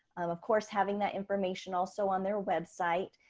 of course having that information also on their website,